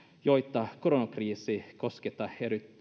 joita koronakriisi koskettaa